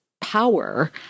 power